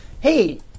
Hey